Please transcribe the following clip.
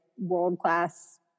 world-class